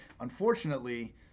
Unfortunately